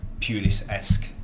Pulis-esque